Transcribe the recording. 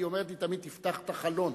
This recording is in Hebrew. היא אומרת לי תמיד: תפתח את החלון.